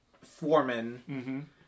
Foreman